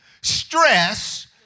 stress